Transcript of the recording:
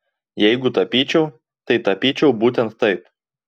jeigu tapyčiau tai tapyčiau būtent taip